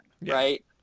right